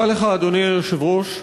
אדוני היושב-ראש,